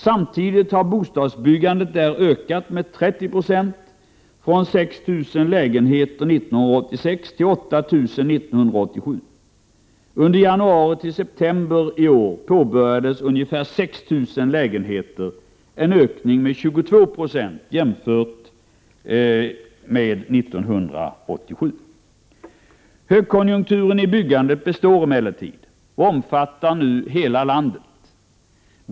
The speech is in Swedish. Samtidigt har bostadsbyggandet där ökat med 30 96, från ca 6 000 lägenheter år 1986 till ca 8 000 år 1987. Under januariseptember i år påbörjades ca 6 000 lägenheter — en ökning med 22 9 i förhållande till år 1987. Högkonjunkturen i byggandet består emellertid, och omfattar nu hela landet.